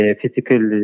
physical